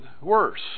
worse